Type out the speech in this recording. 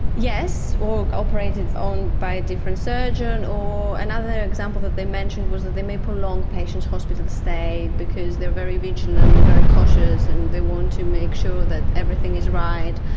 yes, or operated on by a different surgeon, or another example that they mentioned was that they may prolong patients' hospital stay because they are very vigilant and very cautious and they want to make sure that everything is right.